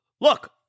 look